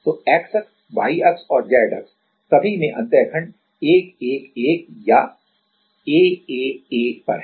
तो X अक्ष Y अक्ष और Z अक्ष सभी में अंतः खंड 1 1 1 या आ a a a पर है